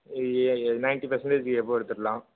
ninety percentage above எடுத்துடலாம்